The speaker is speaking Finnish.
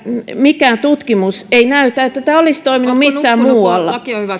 mikään tutkimus ei näytä että tämä olisi toiminut missään muualla